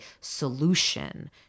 solution